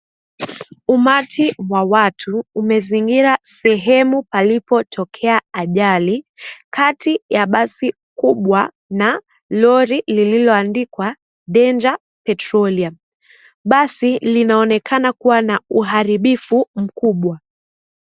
Umati wa watu umezingira sehemu palipo tokea ajali kati ya basi kubwa na lori lililoandikwa danger petroleum . Basi linaonekana kuwa na uharibifu mkubwa .